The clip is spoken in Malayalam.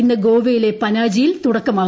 ഇന്ന് ഗോവയിലെ പനാജിയിൽ തുടക്കമാകും